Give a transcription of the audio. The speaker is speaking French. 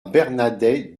bernadets